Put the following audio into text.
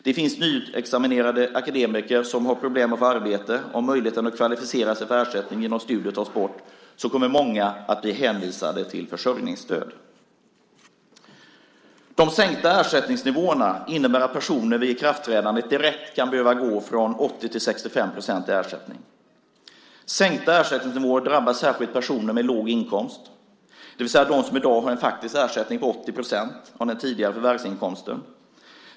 Det finns nyutexaminerade akademiker som har problem att få arbete. Om möjligheten att kvalificera sig för ersättning genom studier tas bort kommer många att bli hänvisade till försörjningsstöd. De sänkta ersättningsnivåerna innebär att vid ikraftträdandet kan personer direkt behöva gå från 80 till 65 % i ersättning. Sänkta ersättningsnivåer drabbar särskilt personer med låg inkomst, det vill säga de som i dag har en faktisk ersättning på 80 % av den tidigare förvärvsinkomsten.